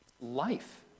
life